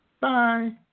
Bye